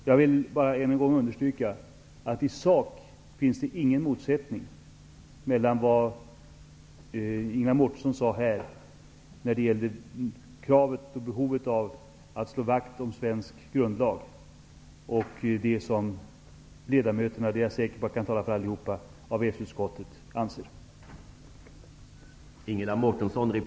Jag vill än en gång understryka att det i sak inte finns någon motsättning mellan å ena sidan det som Ingela Mårtensson sade här när det gäller kravet på och behovet av att slå vakt om svensk grundlag och å andra sidan det som ledamöterna i EES-utskottet anser. Jag är säker på att jag kan tala för allihop.